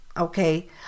okay